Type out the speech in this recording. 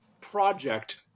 project